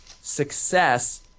Success